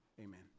amen